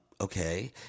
Okay